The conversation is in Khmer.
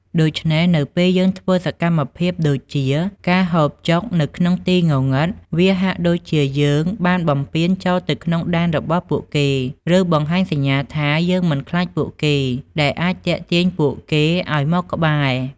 ដូច្នេះ នៅពេលយើងធ្វើសកម្មភាពដូចជាការហូបចុកនៅក្នុងទីងងឹត វាហាក់ដូចជាយើងបានបំពានចូលទៅក្នុងដែនរបស់ពួកគេ ឬបង្ហាញសញ្ញាថា យើងមិនខ្លាចពួកគេ ដែលអាចទាក់ទាញពួកគេឲ្យមកក្បែរ ។